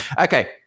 Okay